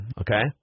okay